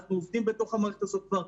אנחנו עובדים בתוך המערכת הזאת כבר,